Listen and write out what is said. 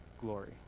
glory